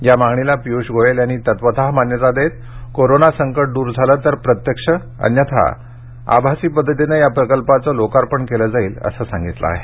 या मागणीला पियुष गोयल यांनी तत्वत मान्यता देत कोरोना संकट द्र झाले तर प्रत्यक्ष अन्यथा व्हर्च्युअली या प्रकल्पाचे लोकार्पण केले जाईल असे सागितले आहे